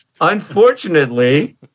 Unfortunately